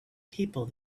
people